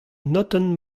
notenn